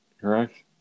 Correct